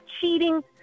cheating